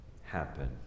happen